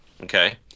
Okay